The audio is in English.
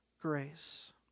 grace